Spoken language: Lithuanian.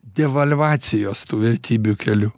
devalvacijos tų vertybių keliu